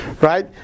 right